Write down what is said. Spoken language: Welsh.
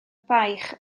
baich